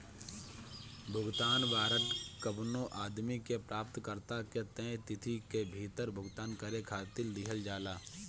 भुगतान वारंट कवनो आदमी के प्राप्तकर्ता के तय तिथि के भीतर भुगतान करे खातिर दिहल जाला